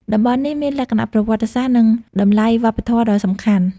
តំបន់នេះមានលក្ខណៈប្រវត្តិសាស្ត្រ និងតម្លៃវប្បធម៌ដ៏សំខាន់។